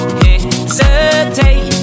hesitate